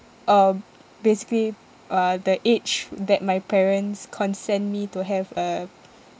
uh basically uh the age that my parents consent me to have a